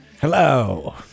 Hello